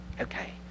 Okay